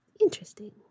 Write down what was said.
interesting